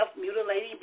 mutilating